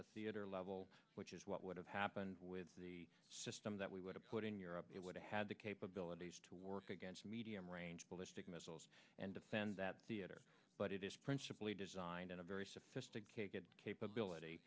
the theater level which is what would have happened with the system that we would have put in europe it would have had the capabilities to work against medium range ballistic missiles and defend that theater but it is principally designed in a very sophisticated capability